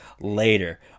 later